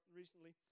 recently